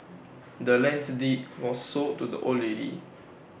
the land's deed was sold to the old lady